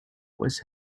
was